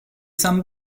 some